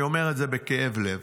אני אומר את זה בכאב לב,